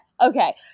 Okay